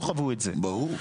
ברור.